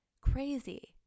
crazy